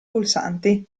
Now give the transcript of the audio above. pulsanti